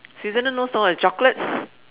Switzerland no eh chocolates